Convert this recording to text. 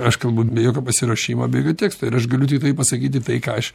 aš kalbu be jokio pasiruošimo be jokio teksto ir aš galiu tiktai pasakyti tai ką aš